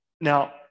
now